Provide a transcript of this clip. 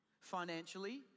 Financially